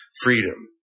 freedom